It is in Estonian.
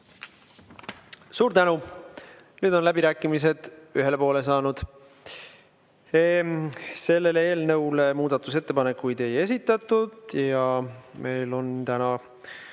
Suur tänu! Nüüd on läbirääkimised ühele poole saanud. Selle eelnõu kohta muudatusettepanekuid ei esitatud ja meil on täna